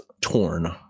torn